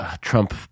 Trump